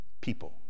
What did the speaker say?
people